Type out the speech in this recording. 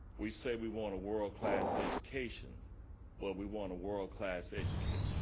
we say we want a world class education well we want a world class education,